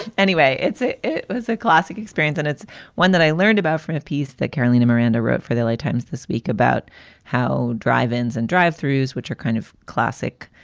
anyway, it's a it was a classic experience. and it's one that i learned about from a piece that carolina miranda wrote for the l a. times this week about how drive ins and drive theroux's, which are kind of classic